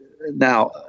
Now